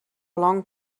long